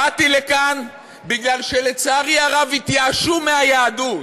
באתי לכאן מפני שלצערי הרב התייאשו מהיהדות.